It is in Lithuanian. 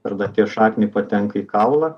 per danties šaknį patenka į kaulą